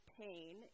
pain